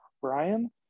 Brian